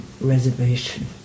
reservation